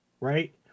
right